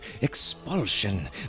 expulsion